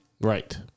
Right